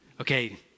okay